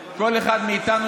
כל אחד מאיתנו,